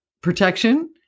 protection